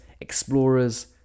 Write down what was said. explorers